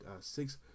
six